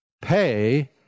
Pay